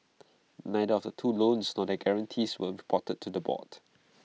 neither of the two loans nor their guarantees were reported to the board